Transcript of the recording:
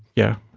yeah,